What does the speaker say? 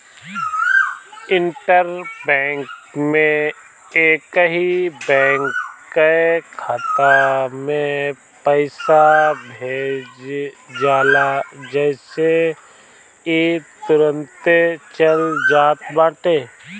inter bank में एकही bank कअ खाता में पईसा भेज जाला जेसे इ तुरंते चल जात बाटे